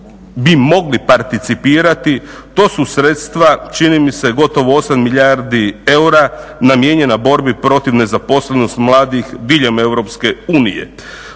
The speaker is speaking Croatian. to su sredstva čini mi se gotovo 8 milijardi eura namijenjena borbi protiv nezaposlenosti mladih diljem EU.